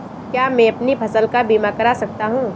क्या मैं अपनी फसल का बीमा कर सकता हूँ?